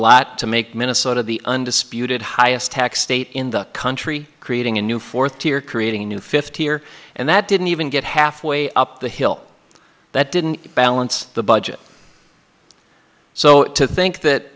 lot to make minnesota the undisputed highest tax state in the country creating a new fourth tier creating a new fifty here and that didn't even get halfway up the hill that didn't balance the budget so to think that